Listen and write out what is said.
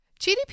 GDP